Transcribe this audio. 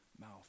mouth